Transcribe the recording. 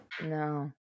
No